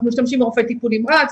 אנחנו משתמשים ברופאי טיפול נמרץ,